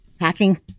hacking